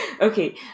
Okay